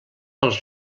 als